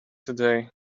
today